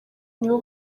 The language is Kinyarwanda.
nibo